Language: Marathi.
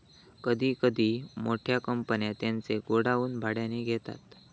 कधी कधी मोठ्या कंपन्या त्यांचे गोडाऊन भाड्याने घेतात